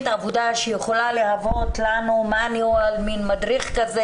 עבודה שיכולה להוות לנו מן מדריך כזה,